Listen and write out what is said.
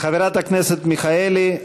חברת הכנסת מיכאלי.